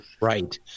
right